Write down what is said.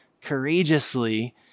courageously